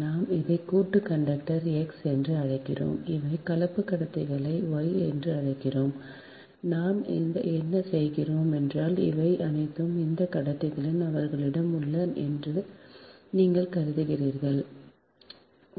நாம் இதை கூட்டு கண்டக்டர் X என்று அழைக்கிறோம் இவை கலப்பு கடத்திகளை Y என்று அழைக்கின்றன நாம் என்ன செய்கிறோம் என்றால் இவை அனைத்தும் இந்த கடத்திகள் அவர்களிடம் உள்ளன என்று நீங்கள் கருதுகிறீர்கள்